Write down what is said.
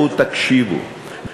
בואו תקשיבו,